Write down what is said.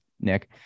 Nick